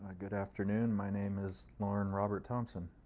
ah good afternoon, my name is lorne robert thompson.